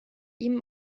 ihm